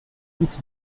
tooth